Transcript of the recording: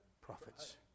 prophets